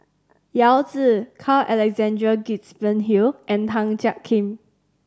Yao Zi Carl Alexander Gibson Hill and Tan Jiak Kim